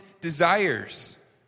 desires